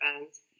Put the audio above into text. fans